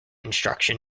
instruction